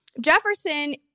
Jefferson